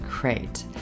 great